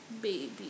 Baby